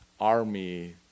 army